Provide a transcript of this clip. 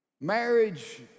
Marriage